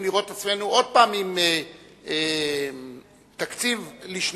לראות את עצמנו עוד פעם עם תקציב לשנתיים,